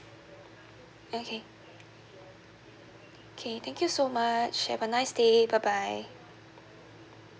okay okay thank you so much have a nice day bye bye